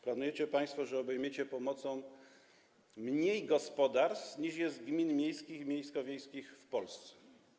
Planujecie państwo, że obejmiecie pomocą mniej gospodarstw, niż jest gmin miejskich i miejsko-wiejskich w Polsce.